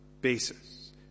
basis